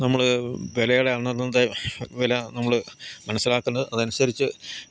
നമ്മൾ വിലയുടെ അന്നന്നത്തെ വില നമ്മൾ മനസ്സിലാക്കുന്നത് അതനുസരിച്ച്